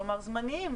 כלומר זמניים,